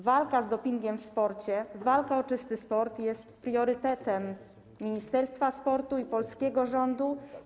Walka z dopingiem w sporcie, walka o czysty sport jest priorytetem dla Ministerstwa Sportu i polskiego rządu.